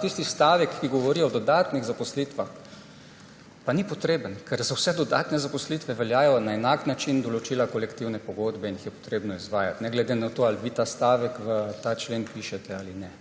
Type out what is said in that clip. Tisti stavek, ki govori o dodatnih zaposlitvah, pa ni potreben, ker za vse dodatne zaposlitve veljajo na enak način določila kolektivne pogodbe in jih je treba izvajati ne glede na to, ali vi ta stavek v ta člen pišete ali ne.